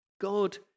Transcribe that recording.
God